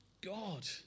God